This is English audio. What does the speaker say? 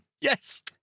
Yes